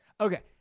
Okay